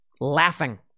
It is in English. laughing